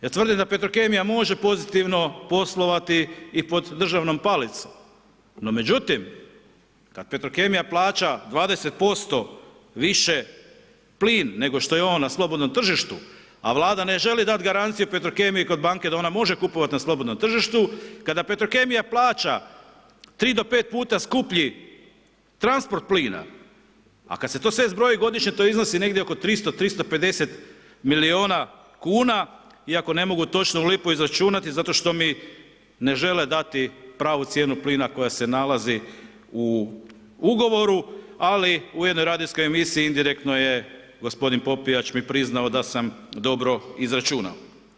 Ja tvrdim da Petrokemija može pozitivno poslovati i pod državnom palicom, no međutim kad Petrokemija plaća 20% više plin, nego što je on na slobodnom tržištu, a Vlada ne želi dat garanciju Petrokemiji kod banke da ona može kupovat na slobodnom tržištu, kada Petrokemija plaća 3 do 5 puta skuplji transport plina, a kad se to sve zbroji godišnje to iznosi negdje oko 300, 350 milijuna kuna iako ne mogu točno u lipu izračunati zato što mi ne žele dati pravu cijenu plina koja se nalazi u ugovoru ali u jednoj radijskoj emisiji indirektno je gospodin Popijač mi priznao da sam dobro izračunao.